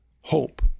hope